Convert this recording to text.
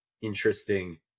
interesting